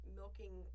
milking